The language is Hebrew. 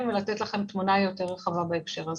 ולתת לכם תמונה יותר רחבה בהקשר הזה.